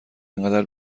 انقدر